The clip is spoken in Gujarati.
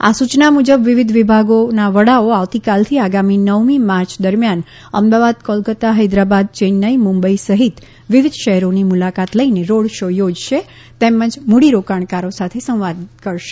આ સુચના મુજબ વિવિધ વિભાગોના વડાઓ આવતીકાલથી આગામી નવમી માર્ચ દરમિથાન અમદાવાદ કોલકતતા હૈદરાબાદ ચૈન્નાઇ અને મુંબઈ સહિત વિવિધ શહેરોની મુલાકાત લઈને રોડ શો યોજશે તથા મૂડીરોકાણકારો સાથે સંવાદ કરશે